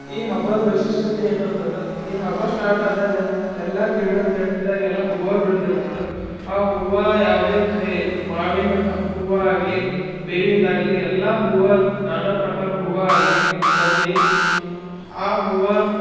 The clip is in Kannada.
ಈ ಹಬ್ಬದ ವೈಶಿಷ್ಟ್ಯತೆ ಏನಂತಂದರೆ ಈ ಹಬ್ಬ ಸ್ಟಾಟಾದಾಗ ಎಲ್ಲ ಗಿಡದ ಗಂಟಿದಾಗ ಎಲ್ಲ ಹೂವು ಬಿಡ್ತಿರ್ತದೆ ಆ ಹೂವು ಯಾವುದೇ ಖೈ ಮಾವಿನ ಹೂವು ಆಗಲಿ ಬೇವಿಂದಾಗಲಿ ಎಲ್ಲ ಹೂವು ನಾನಾ ಪ್ರಕಾರ ಹೂವು ಆಗಲಿ ತಂದು ಆ ಹೂವು